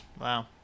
Wow